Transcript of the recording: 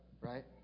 Right